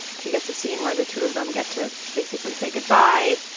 she gets a scene where the two of them get to basically say goodbye.